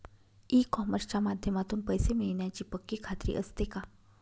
E कॉमर्सच्या माध्यमातून पैसे मिळण्याची पक्की खात्री असते का?